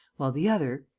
while the other.